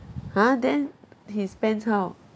!huh! then his pants how